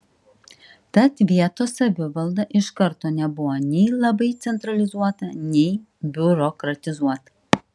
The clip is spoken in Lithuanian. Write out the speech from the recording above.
tad vietos savivalda iš karto nebuvo nei labai centralizuota nei biurokratizuota